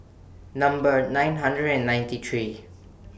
Number nine hundred and ninety three